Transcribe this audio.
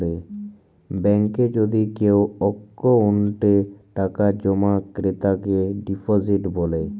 ব্যাংকে যদি কেও অক্কোউন্টে টাকা জমা ক্রেতাকে ডিপজিট ব্যলে